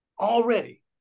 already